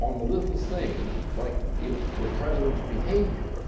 on the little thing like the the president's behavior.